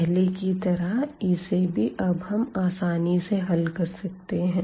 पहले की तरह इसे भी अब हम आसानी से हल कर सकते है